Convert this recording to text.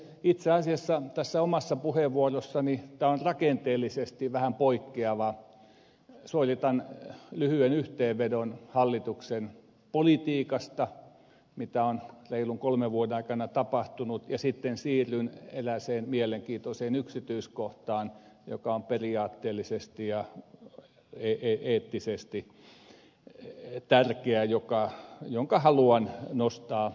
itse asiassa tässä omassa puheenvuorossani tämä on rakenteellisesti vähän poikkeava suoritan lyhyen yhteenvedon hallituksen politiikasta siitä mitä on reilun kolmen vuoden aikana tapahtunut ja sitten siirryn erääseen mielenkiintoiseen yksityiskohtaan joka on periaatteellisesti ja eettisesti tärkeä ja jonka haluan nostaa esille